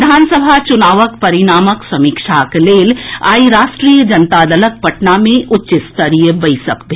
विधानसभा चुनावक परिणामक समीक्षाक लेल आइ राष्ट्रीय जनता दलक पटना मे उच्च स्तरीय बैसक भेल